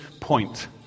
point